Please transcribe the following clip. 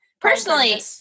Personally